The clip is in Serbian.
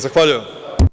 Zahvaljujem.